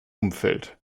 umfeld